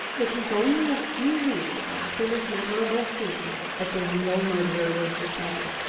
it was only a few weeks after this memorable scene that the real murderer was discovered.